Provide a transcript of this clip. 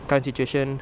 kind of situation